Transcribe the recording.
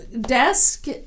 desk